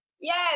Yes